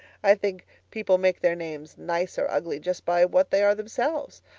i think people make their names nice or ugly just by what they are themselves.